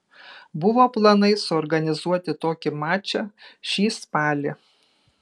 buvo planai suorganizuoti tokį mačą šį spalį